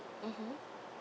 mmhmm